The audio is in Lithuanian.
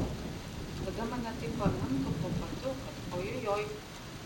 tada mane taip pamintų po padu kad ojojoi